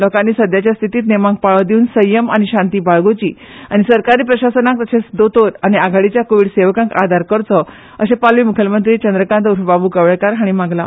लोकांनी सद्याचे स्थितीत नेमाक पाळो दिवन संयम आनी शांती बाळगुची आनी सरकारी प्रशासनाक तशेच दोतोर आनी आघाडीच्या कोविड सेवकांक आदार करचो अशे पालवी मुखेलमंत्री चंद्रकांत उर्फ बाबू कवळेकार हाणी मांगला